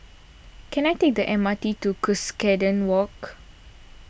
can I take the M R T to Cuscaden Walk